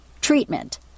Treatment